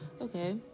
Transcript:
Okay